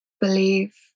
believe